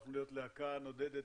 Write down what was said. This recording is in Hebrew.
הפכנו להיות להקה נודדת,